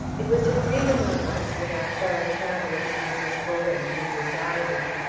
it was agreed among us, with our fellow travelers, mrs. bull and mrs. ivy,